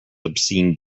obscene